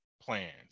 plans